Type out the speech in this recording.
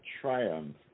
triumph